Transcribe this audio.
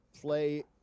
play